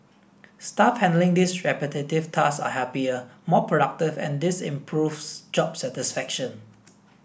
staff handling this repetitive tasks are happier more productive and this improves job satisfaction